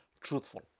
truthful